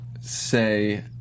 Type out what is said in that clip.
say